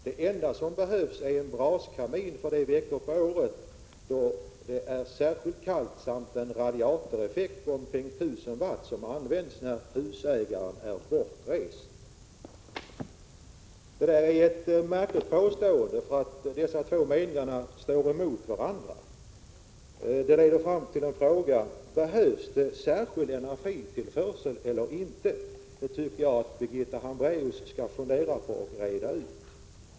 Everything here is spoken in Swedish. Det enda som behövs är en braskamin för de veckor på året då det är särskilt kallt samt en radiatoreffekt på omkring 1000 W som används när t.ex. husägaren är bortrest.” Detta är ett märkligt påstående, för dessa två meningar står emot varandra. Det leder fram till en fråga: Behövs det särskild energitillförsel eller inte? Det tycker jag att Birgitta Hambraeus skall fundera på och reda ut.